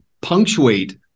punctuate